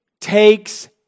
takes